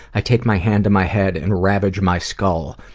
i take my hand to my head and ravage my skull.